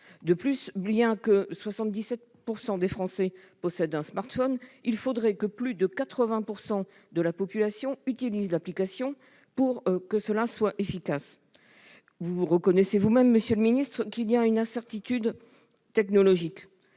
De plus, alors que 77 % des Français possèdent un smartphone, il faudrait que plus de 80 % de la population utilisent l'application pour qu'elle soit efficace. Vous reconnaissez vous-même, monsieur le secrétaire d'État, qu'il y a une incertitude technologique